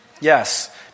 Yes